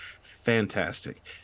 Fantastic